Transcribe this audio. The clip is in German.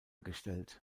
gestellt